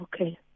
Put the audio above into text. Okay